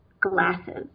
glasses